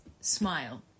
smile